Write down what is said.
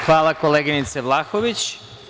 Hvala koleginice Vlahović.